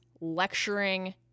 lecturing